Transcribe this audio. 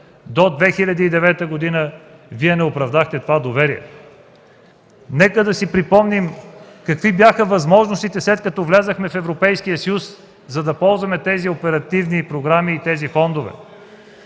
до 2009 г., Вие не оправдахте това доверие. Нека да си припомним какви бяха възможностите, след като влязохме в Европейския съюз, за да ползваме оперативните програми и тези фондове.